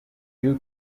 due